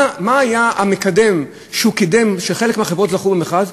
מה היה המקדם של חלק מהחברות שזכו במכרז?